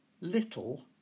little